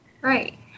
right